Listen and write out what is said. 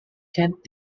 kent